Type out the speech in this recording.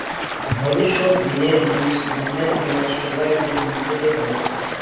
ভবিষ্যত দিনের জিনিস দামের গুলা সোগায় যে মার্কেটে পাইচুঙ